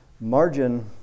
Margin